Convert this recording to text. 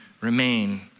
remain